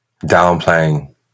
downplaying